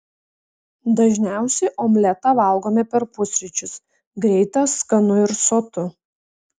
dažniausiai omletą valgome per pusryčius greita skanu ir sotu